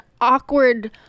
awkward